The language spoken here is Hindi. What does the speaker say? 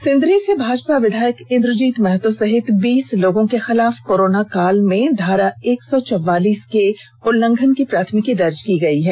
सिंदरी से भाजपा विधायक इंद्रजीत महतो सहित बीस लोगों के खिलाफ कोरोना काल में धारा एक सौ चौवालीस के उल्लंघन की प्राथमिकी दर्ज की गई है